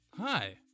Hi